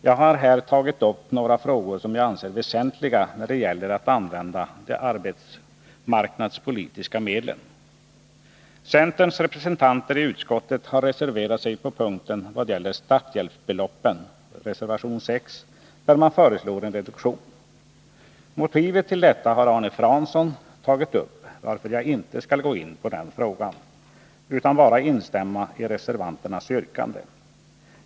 Jag har här tagit upp några frågor som jag anser väsentliga när det gäller att använda de arbetsmarknadspolitiska medlen. Centerns representanter i utskottet har reserverat sig på den punkt som gäller starthjälpsbeloppen — reservation 6 — där man föreslår en reduktion. Motivet till detta har Arne Fransson tagit upp, varför jag inte skall gå in på den frågan utan bara instämma i reservanternas yrkande.